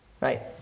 right